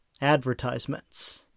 advertisements